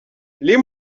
les